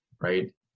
right